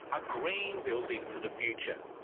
a green building for the future.